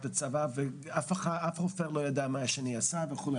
הצבא ואף רופא לא ידע מה השני עשה וכולי.